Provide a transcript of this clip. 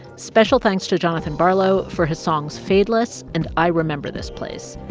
special thanks to jonathan barlow for his songs fadeless and i remember this place.